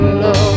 love